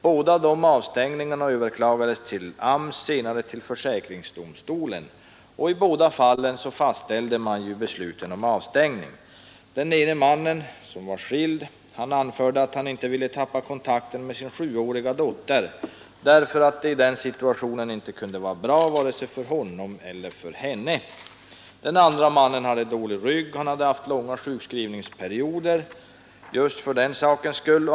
Båda avstängningarna överklagades till AMS, senare till försäkringsdomstolen. I båda fallen fastställde man besluten om avstängning. Den ene mannen, som var skild, anförde att han inte ville förlora kontakten med sin sjuåriga dotter därför att det i den situationen inte kunde vara bra vare sig för honom eller för henne. Den andre mannen hade dålig rygg och hade haft långa sjukskrivningsperioder just för den sakens skull.